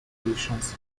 investigations